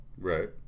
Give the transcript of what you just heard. Right